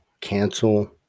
cancel